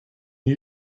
you